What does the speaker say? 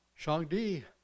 Shangdi